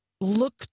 look